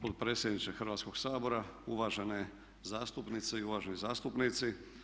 potpredsjedniče Hrvatskog sabora, uvažene zastupnice i uvaženi zastupnici.